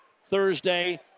Thursday